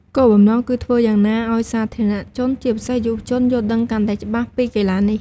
គោលបំណងគឺធ្វើយ៉ាងណាឲ្យសាធារណជន ជាពិសេសយុវជន យល់ដឹងកាន់តែច្បាស់ពីកីឡានេះ។